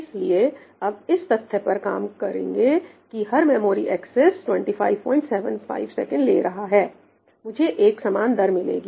इसलिए मैं अब इस तथ्य पर काम करूंगा की हर मेमोरी एक्सेस 2575 ns ले रहा है मुझे एक समान दर मिलेगी